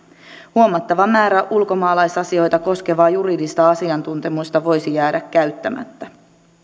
huomattava määrä ulkomaalaisasioita koskevaa juridista asiantuntemusta voisi jäädä käyttämättä